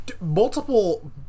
multiple